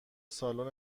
سالن